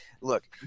look